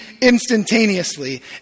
instantaneously